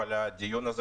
אבל הדיון הזה,